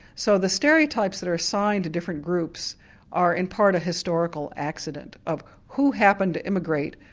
so the stereotypes that are assigned to different groups are, in part, a historical accident of who happened to immigrate,